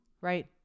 Right